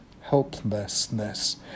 helplessness